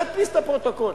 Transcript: להדפיס את הפרוטוקול.